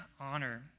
honor